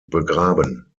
begraben